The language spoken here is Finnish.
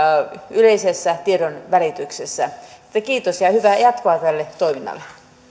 yleisessä tiedonvälityksessä kiitos ja ja hyvää jatkoa tälle toiminnalle